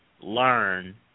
learn